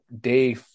Day